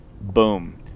Boom